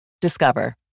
Discover